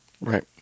Right